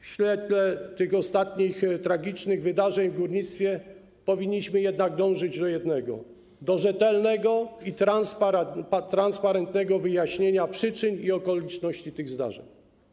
W świetle tych ostatnich tragicznych wydarzeń w górnictwie powinniśmy jednak dążyć do jednego - do rzetelnego i transparentnego wyjaśnienia przyczyn i okoliczności tych zdarzeń.